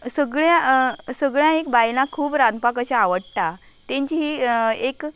सगल्या सगल्या एक बायलांक खूब रांदपाक अशें आवडटा तांची हीं एक